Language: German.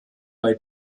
bei